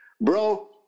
bro